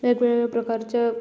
वेगवेगळे प्रकारचे